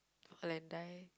fall and die